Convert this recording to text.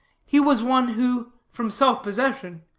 he was one who, from self-possession,